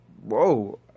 whoa